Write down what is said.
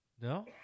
No